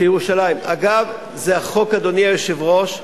שירושלים, אגב, זה החוק, אדוני היושב-ראש,